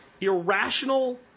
irrational